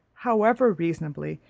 however reasonably,